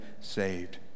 saved